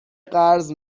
قرض